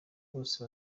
bose